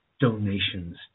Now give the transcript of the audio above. donations